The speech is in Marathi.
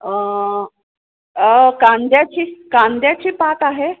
कांद्याची कांद्याची पात आहे